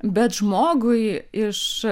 bet žmogui iš